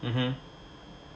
mm hmm